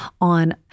on